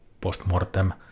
post-mortem